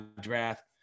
draft